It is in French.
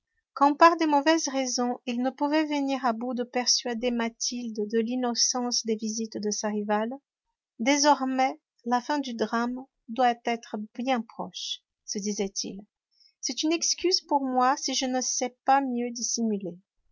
quand par de mauvaises raisons il ne pouvait venir à bout de persuader mathilde de l'innocence des visites de sa rivale désormais la fin du drame doit être bien proche se disait-il c'est une excuse pour moi si je ne sais pas mieux dissimuler